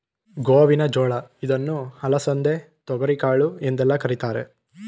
ಗೋವಿನ ಜೋಳ ಇದನ್ನು ಅಲಸಂದೆ, ತೊಗರಿಕಾಳು ಎಂದೆಲ್ಲ ಕರಿತಾರೆ